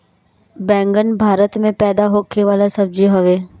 बैगन भारत में पैदा होखे वाला सब्जी हवे